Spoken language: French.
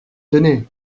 tenez